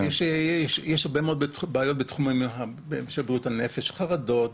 יש הרבה מאוד בעיות תחום בריאות הנפש כמו חרדות,